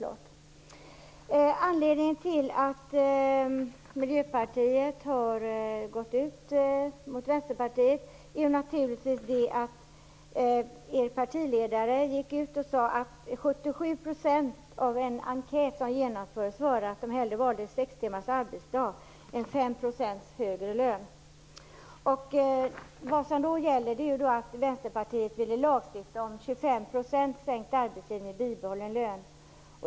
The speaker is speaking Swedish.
Att Miljöpartiet har gått ut mot Vänsterpartiet beror naturligtvis på att er partiledare uttalat att 77 % i en genomförd enkät svarat att man valde sex timmars arbetsdag hellre än 5 % högre lön. Bakgrunden är den att Vänsterpartiet ville lagstifta om 25 % arbetstidssänkning med bibehållen lön.